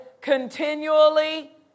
continually